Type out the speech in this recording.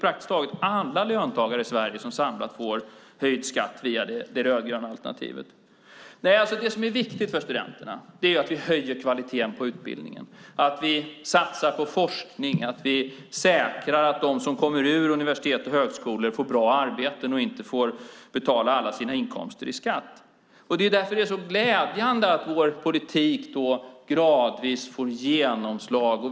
Praktiskt taget alla löntagare i Sverige får höjd skatt via det rödgröna alternativet. Det som är viktigt för studenterna är att vi höjer kvaliteten på utbildningen, att vi satsar på forskning och att vi säkrar att de som går ut universitet och högskolor får bra arbeten och inte får betala alla sina inkomster i skatt. Det är därför det är så glädjande att vår politik gradvis får genomslag.